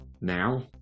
now